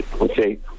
Okay